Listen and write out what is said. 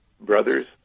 brothers